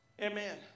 Amen